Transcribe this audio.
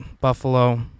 Buffalo